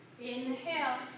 Inhale